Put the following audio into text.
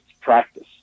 practice